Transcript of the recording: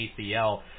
ACL